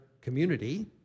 community